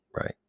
right